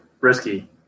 risky